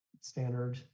standard